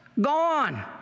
gone